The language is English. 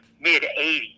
mid-80s